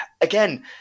Again